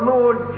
Lord